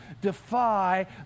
defy